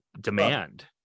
demand